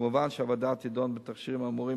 כמובן שהוועדה תדון בתכשירים האמורים